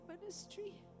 ministry